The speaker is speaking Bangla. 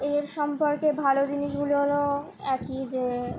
এর সম্পর্কে ভালো জিনিসগুলো হলো একই যে